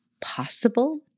possible